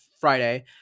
friday